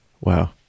Wow